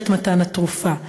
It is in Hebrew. בשרשרת מתן התרופה,